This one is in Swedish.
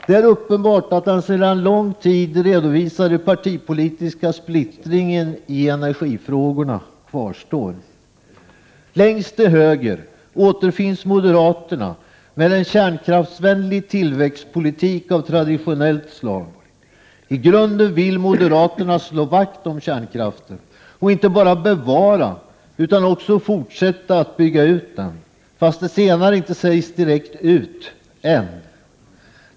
Det är uppenbart att den sedan lång tid redovisade partipolitiska splittringen i energifrågorna kvarstår. Längst till höger återfinns moderaterna med en kärnkraftsvänlig tillväxt politik av traditionellt slag. I grunden vill moderaterna slå vakt om kärnkraften, och inte bara bevara utan också fortsätta att bygga ut den, fast det senare sägs inte direkt ut — än.